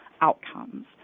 outcomes